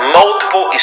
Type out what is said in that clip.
multiple